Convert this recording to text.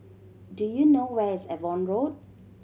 do you know where is Avon Road